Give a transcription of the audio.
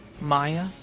Maya